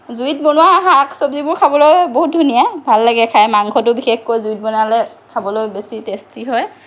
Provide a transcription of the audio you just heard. জুইত বনোৱা শাক চবজিবোৰ খাবলৈ বহুত ধুনীয়া লাগে খাই মাংসটো বিশেষকৈ জুইত বনালে খাবলৈ বেছি টেষ্টি হয়